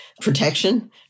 protection